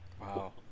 Wow